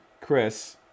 Chris